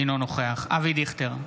אינו נוכח אבי דיכטר,